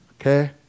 Okay